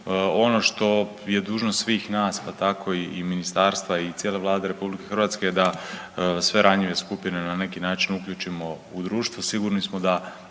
Ono što je dužnost svih nas pa tako i ministarstva i cijele Vlade RH je da sve ranjive skupine na neki način uključimo u društvo. Sigurni smo da